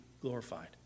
glorified